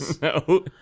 No